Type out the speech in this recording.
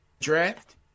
draft